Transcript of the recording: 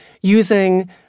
using